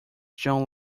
john